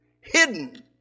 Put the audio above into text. Hidden